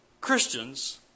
Christians